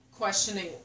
questioning